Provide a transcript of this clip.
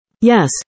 yes